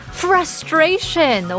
frustration